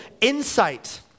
insight